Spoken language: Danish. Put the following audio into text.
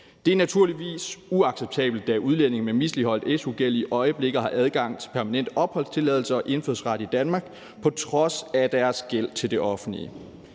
Det er naturligvis uacceptabelt, at udlændinge med misligholdt su-gæld i øjeblikket har adgang til permanent opholdstilladelse og indfødsret i Danmark på trods af deres gæld til det offentlige.